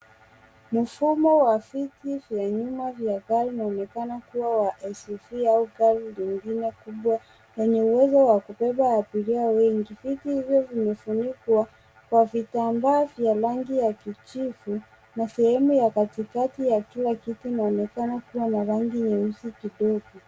Mfumo wa viti vya nyuma ya gari inaonekana kuwa wa SUV au lingine kubwa lenye uwezo wa kubeba abiria wengi. Viti hivyo vimefunikwa kwa vitambaa vya rangi ya kijivu na sehemu ya katikati yakiwa Kiti yanaonekana kuwa na rangi nyeusj kidogo.